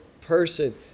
person